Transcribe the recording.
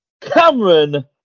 Cameron